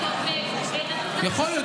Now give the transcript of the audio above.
יכול להיות.